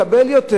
לקבל יותר?